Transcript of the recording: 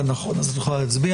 נכון, אז את יכולה להצביע.